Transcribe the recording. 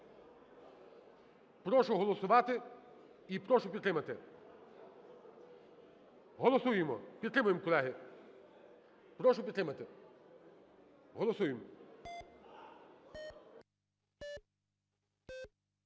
Прошу голосувати і прошу підтримати. Голосуємо! Підтримуємо, колеги! Прошу підтримати. Голосуємо!